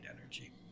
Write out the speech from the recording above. energy